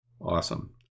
awesome